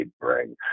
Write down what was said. bring